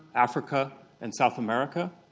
africa and south america.